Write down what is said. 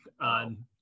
on